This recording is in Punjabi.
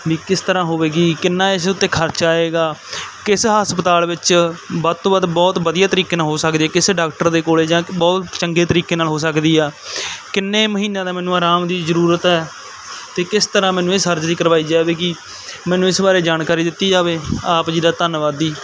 ਵੀ ਕਿਸ ਤਰ੍ਹਾਂ ਹੋਵੇਗੀ ਕਿੰਨਾ ਇਸ ਉੱਤੇ ਖਰਚਾ ਆਵੇਗਾ ਕਿਸ ਹਸਪਤਾਲ ਵਿੱਚ ਵੱਧ ਤੋਂ ਵੱਧ ਬਹੁਤ ਵਧੀਆ ਤਰੀਕੇ ਨਾ ਹੋ ਸਕਦੀ ਹੈ ਕਿਸ ਡਾਕਟਰ ਦੇ ਕੋਲ ਜਾਂ ਬਹੁਤ ਚੰਗੇ ਤਰੀਕੇ ਨਾਲ ਹੋ ਸਕਦੀ ਆ ਕਿੰਨੇ ਮਹੀਨਿਆਂ ਦਾ ਮੈਨੂੰ ਆਰਾਮ ਦੀ ਜ਼ਰੂਰਤ ਹੈ ਅਤੇ ਕਿਸ ਤਰ੍ਹਾਂ ਮੈਨੂੰ ਇਹ ਸਰਜਰੀ ਕਰਵਾਈ ਜਾਵੇਗੀ ਮੈਨੂੰ ਇਸ ਬਾਰੇ ਜਾਣਕਾਰੀ ਦਿੱਤੀ ਜਾਵੇ ਆਪ ਜੀ ਦਾ ਧੰਨਵਾਦੀ